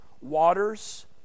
waters